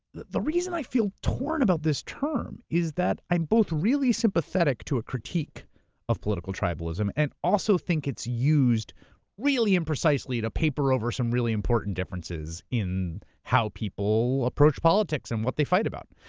the the reason i feel torn about this term is that i'm both really sympathetic to a critique of political tribalism and also think it's used really imprecisely to paper over some really important differences in how people approach politics and what they fight about.